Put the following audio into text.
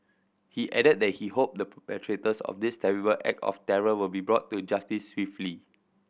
he added that he hoped the perpetrators of this terrible act of terror will be brought to justice swiftly